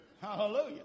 Hallelujah